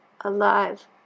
alive